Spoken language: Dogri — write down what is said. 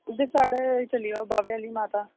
इद्धर साढ़े चली जाओ बाह्वे आह्ली माता